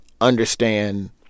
understand